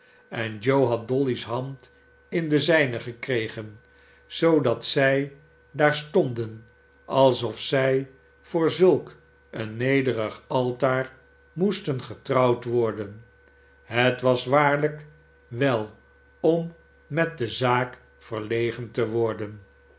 en joe had dolly's hand in de zijne gekregen zoodat zij daar stonden alsof zij voor zulk een nederig altaar moesten getrouwd worden het was waarlijk wel om met de zaak verlegen te worden